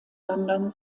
london